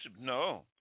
No